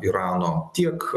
irano tiek